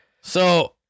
So-